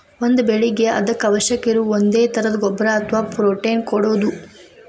ಒಂದ ಬೆಳಿಗೆ ಅದಕ್ಕ ಅವಶ್ಯಕ ಇರು ಒಂದೇ ತರದ ಗೊಬ್ಬರಾ ಅಥವಾ ಪ್ರೋಟೇನ್ ಕೊಡುದು